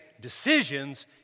decisions